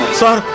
sir